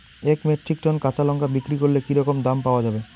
এক metric ton কাঁচা লঙ্কা বিক্রি করলে কি রকম দাম পাওয়া যাবে?